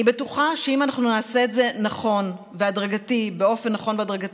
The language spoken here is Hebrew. אני בטוחה שאם אנחנו נעשה את זה באופן נכון והדרגתי,